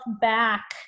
back